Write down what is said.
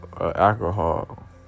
alcohol